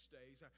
days